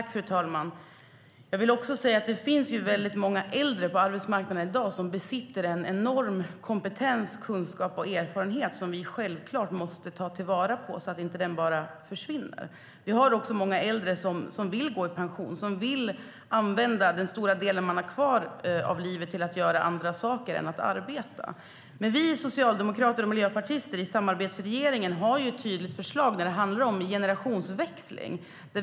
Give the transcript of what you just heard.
Fru talman! Det finns många äldre på arbetsmarknaden i dag som besitter en enorm kompetens, kunskap och erfarenhet som vi självklart måste ta till vara så att den inte bara försvinner. Vi har också många äldre som vill gå i pension. De vill använda den stora del av livet de har kvar till att göra andra saker än att arbeta. Vi socialdemokrater och miljöpartister i samarbetsregeringen har ett tydligt förslag när det handlar om en generationsväxling.